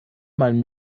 mein